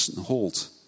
halt